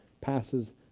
passes